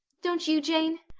don't you, jane?